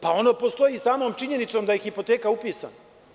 Pa, ono postoji samom činjenicom da je hipoteka upisana.